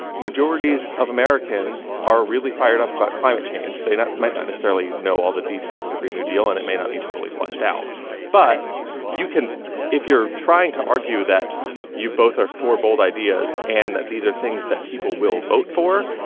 and majorities of americans are really fired up about climate change. they might not necessarily know all the details of the green new deal, and it may not be totally fleshed out right but you can if you're trying to argue that you both are for bold ideas and that these are things that people will vote for,